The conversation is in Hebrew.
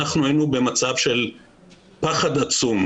היינו במצב של פחד עצום,